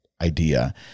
idea